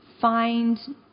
find